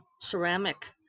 ceramic